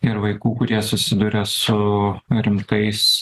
ir vaikų kurie susiduria su rimtais